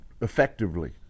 effectively